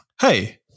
Hey